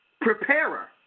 preparer